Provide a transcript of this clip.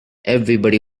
everybody